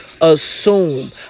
assume